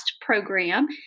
program